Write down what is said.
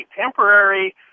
temporary